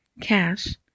cash